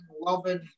loving